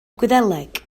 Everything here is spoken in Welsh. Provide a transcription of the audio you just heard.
gwyddeleg